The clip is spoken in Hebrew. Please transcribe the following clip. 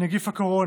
נגיף הקורונה,